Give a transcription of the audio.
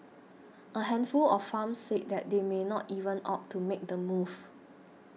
a handful of farms said they may not even opt to make the move